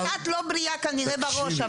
אני קצת לא בריאה כנראה בראש,